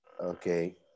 Okay